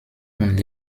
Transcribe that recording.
und